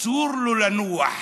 אסור לו לנוח.